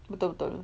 betul betul